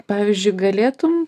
pavyzdžiui galėtum